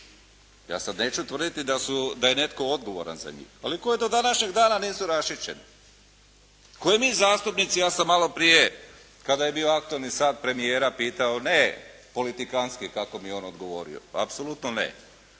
Ja sad neću tvrditi da je netko odgovoran za njih, ako koje do današnjeg dana nisu raščišćeni. Koje mi zastupnici, ja sam malo prije kada je bilo aktualni sat premijera pitao, ne politikanski kako mi je on odgovorio, apsolutno ne.